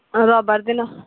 ରବିବାର ଦିନ